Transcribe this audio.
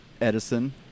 Edison